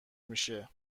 میشه